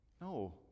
no